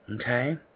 Okay